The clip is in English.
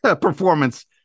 performance